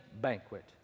banquet